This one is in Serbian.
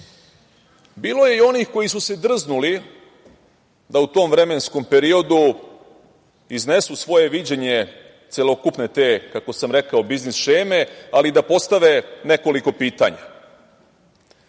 je i onih koji su se drznuli da u tom vremenskom periodu iznesu svoje viđenje celokupne te, kako sam rekao, biznis šeme, ali i da postave nekoliko pitanja.